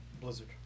Blizzard